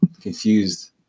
confused